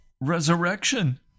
resurrection